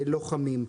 ללוחמים.